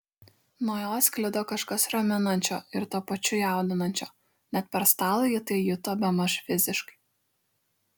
nuo jo sklido kažkas raminančio ir tuo pačiu jaudinančio net per stalą ji tai juto bemaž fiziškai